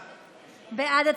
בעד.